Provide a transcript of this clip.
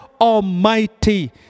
almighty